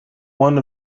one